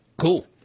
Cool